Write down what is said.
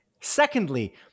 Secondly